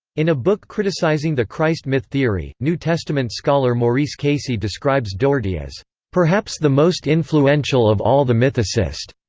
in a book criticizing the christ myth theory, new testament scholar maurice casey describes doherty as perhaps the most influential of all the mythicists,